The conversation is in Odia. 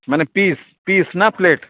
ମାନେ ପିସ୍ ପିସ୍ ନା ପ୍ଲେଟ୍